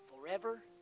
forever